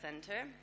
Center